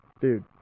Dude